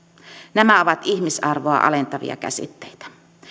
nämä ovat ihmisarvoa alentavia käsitteitä